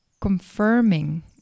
confirming